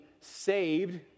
saved